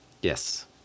yes